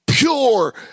Pure